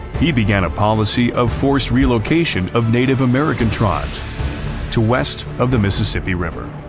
he began a policy of forced relocation of native american tribes to west of the mississippi river.